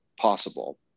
possible